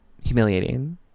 humiliating